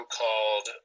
called